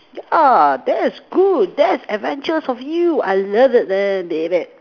yeah that's good that's adventurous of you I love it then David